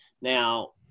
Now